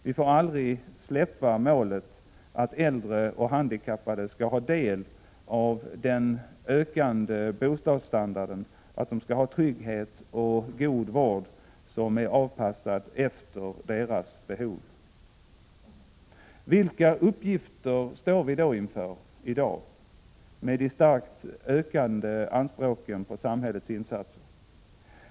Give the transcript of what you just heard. Vi får aldrig ge upp målet att äldre och handikappade skall ha del av den ökande bostadsstandarden, att de skall ha trygghet och även god vård som är avpassad efter deras behov. Vilka uppgifter står vi då inför i dag när anspråken på samhällets insatser starkt ökar?